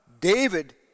David